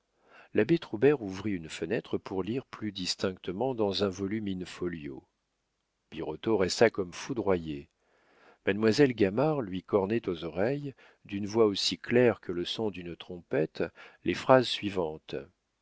l'abbé troubert ouvrit une fenêtre pour lire plus distinctement dans un volume in-folio birotteau resta comme foudroyé mademoiselle gamard lui cornait aux oreilles d'une voix aussi claire que le son d'une trompette les phrases suivantes